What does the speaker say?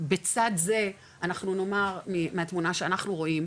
בצד זה אנחנו נאמר מהתמונה שאנחנו רואים,